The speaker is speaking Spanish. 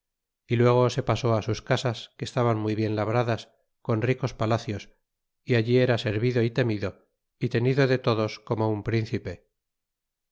y luego se pasó sus casas que estaban muy bien labradas con ricos palacios y allí era servido y temido y tenido de todos como un príncipe